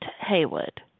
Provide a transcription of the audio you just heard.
Haywood